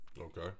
Okay